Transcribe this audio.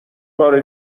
بار